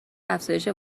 افزایش